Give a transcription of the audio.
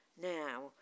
now